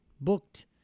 booked